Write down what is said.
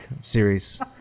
series